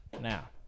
now